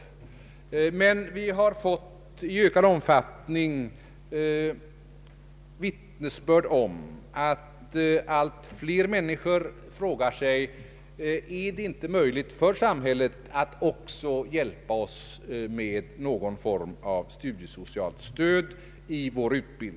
Vi har emellertid i ökad omfattning fått vittnesbörd om att allt fler människor frågar sig om det inte är möjligt för samhället att också ge dem någon form av studiesocialt stöd.